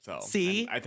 See